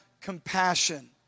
compassion